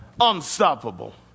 Unstoppable